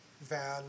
van